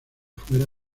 fuera